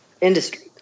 industry